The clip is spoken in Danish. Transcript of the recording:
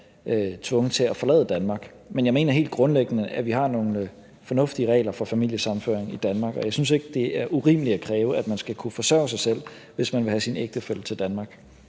tvunget til at forlade Danmark, men jeg mener helt grundlæggende, at vi har nogle fornuftige regler for familiesammenføring i Danmark, og jeg synes ikke, det er urimeligt at kræve, at man skal kunne forsørge sig selv, hvis man vil have sin ægtefælle til Danmark.